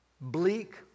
bleak